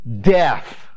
death